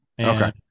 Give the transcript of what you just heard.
Okay